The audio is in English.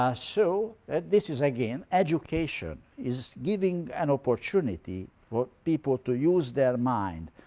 ah so this is again education is giving an opportunity for people to use their mind,